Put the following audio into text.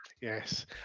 yes